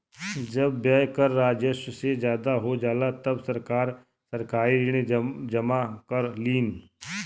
जब व्यय कर राजस्व से ज्यादा हो जाला तब सरकार सरकारी ऋण जमा करलीन